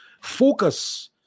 focus